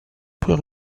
puis